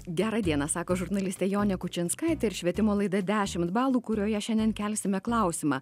gerą dieną sako žurnalistė jonė kučinskaitė ir švietimo laida dešimt balų kurioje šiandien kelsime klausimą